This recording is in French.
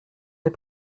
des